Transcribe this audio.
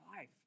life